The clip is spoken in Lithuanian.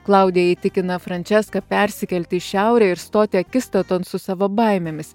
klaudija įtikina franciską persikelti į šiaurę ir stoti akistaton su savo baimėmis